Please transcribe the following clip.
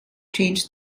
changed